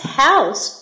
house